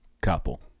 couple